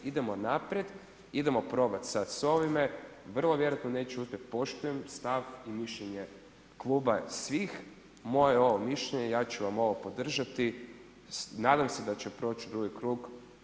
Idemo naprijed, idemo probat sad s ovime, vrlo vjerojatno neću uspjet, poštujem stav i mišljenje kluba svih, moje je ovo mišljenje, ja ću vam ovo podržati, nadam se da će proći u drugi krug.